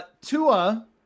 Tua